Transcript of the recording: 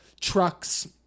trucks